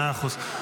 מאה אחוז.